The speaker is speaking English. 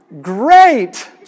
great